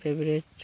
favourite